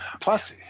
Plus